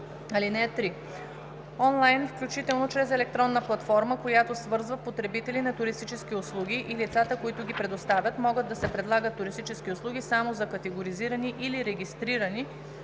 ал. 3: „(3) Онлайн, включително чрез електронна платформа, която свързва потребители на туристически услуги и лицата, които ги предоставят, могат да се предлагат туристически услуги само за категоризирани или регистрирани